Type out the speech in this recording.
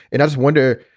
and as wonder,